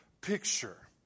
picture